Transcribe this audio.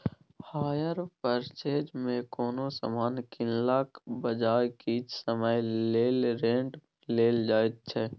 hire purchase मे कोनो समान कीनलाक बजाय किछ समय लेल रेंट पर लेल जाएत छै